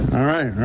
alright,